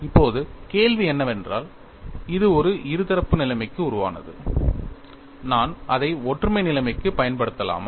இப்போது கேள்வி என்னவென்றால் இது ஒரு இருதரப்பு நிலைமைக்கு உருவானது நான் அதை ஒற்றுமை நிலைமைக்கு பயன்படுத்தலாமா